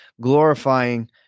glorifying